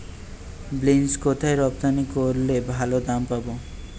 Beans কোথায় রপ্তানি করলে ভালো দাম পাব?